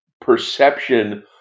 perception